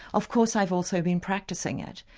of course i've also been practising it.